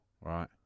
right